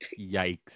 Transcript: yikes